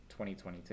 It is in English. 2022